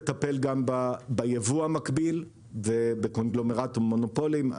נטפל גם בייבוא המקביל ובקונגלומרטים ובמונופולים.